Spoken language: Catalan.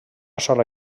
sola